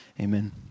Amen